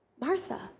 Martha